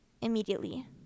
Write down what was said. immediately